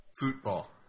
Football